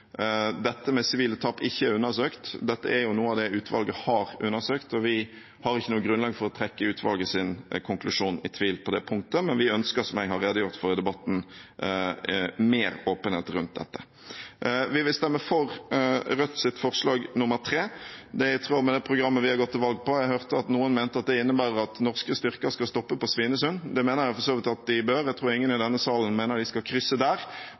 dette med sivile tap ikke er undersøkt. Dette er noe av det utvalget har undersøkt, og vi har ikke noe grunnlag for å trekke utvalgets konklusjon i tvil på det punktet. Men vi ønsker, som jeg har redegjort for i debatten, mer åpenhet rundt dette. Vi vil stemme for Rødts forslag nr. 3. Det er i tråd med det programmet vi har gått til valg på. Jeg hørte at noen mente det innebærer at norske styrker skal stoppe på Svinesund. Det mener jeg for så vidt at de bør, jeg tror ingen i denne salen mener de skal krysse der,